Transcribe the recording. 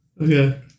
okay